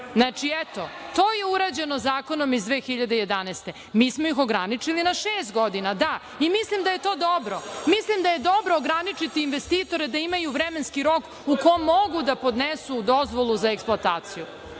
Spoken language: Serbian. eto je urađeno zakonom iz 2011. godine. Mi smo ih ograničili na šest godina. Da. I, mislim da je to dobro. Mislim da je dobro ograničiti investitore da imaju vremenski rok u kom mogu da podnesu dozvolu za eksploataciju. Eto,